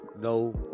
no